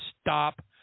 stop